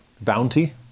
bounty